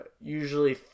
usually